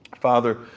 Father